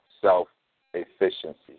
self-efficiency